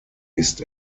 ist